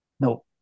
No